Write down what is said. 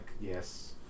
yes